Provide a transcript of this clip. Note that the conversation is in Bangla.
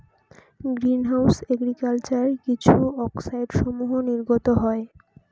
গ্রীন হাউস এগ্রিকালচার কিছু অক্সাইডসমূহ নির্গত হয়